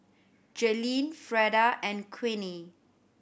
Jaylynn Freda and Queenie